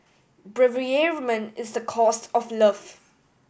bereavement is the cost of love